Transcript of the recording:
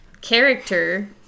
character